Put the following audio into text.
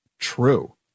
True